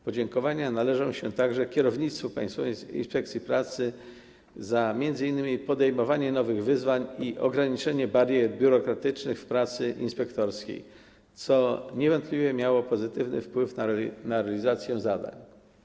Podziękowania należą się także kierownictwu Państwowej Inspekcji Pracy za m.in. podejmowanie nowych wyzwań i ograniczenie barier biurokratycznych w pracy inspektorskiej, co niewątpliwie miało pozytywny wpływ na realizację zadań.